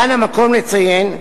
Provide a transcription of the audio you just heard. כאן המקום לציין,